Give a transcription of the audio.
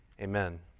amen